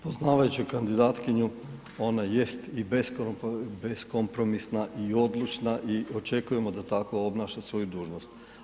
Poznavajući kandidatkinju, ona jest i beskompromisna i odlučna i očekujemo da tako obnaša svoju dužnost.